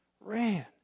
Ran